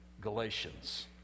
Galatians